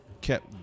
kept